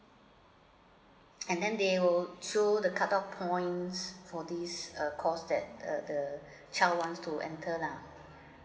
and then they will show the cut of points for this err course that the the child want to enter lah